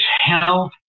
health